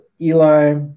Eli